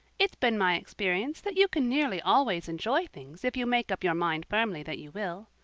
it's been my experience that you can nearly always enjoy things if you make up your mind firmly that you will.